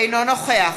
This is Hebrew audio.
אינו נוכח